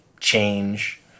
change